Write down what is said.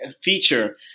feature